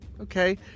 okay